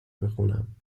بخونم